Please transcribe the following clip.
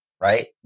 right